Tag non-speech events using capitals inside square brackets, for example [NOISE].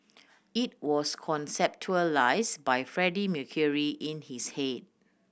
it was [UNINTELLIGIBLE] by Freddie Mercury in his head